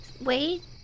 Wait